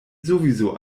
sowieso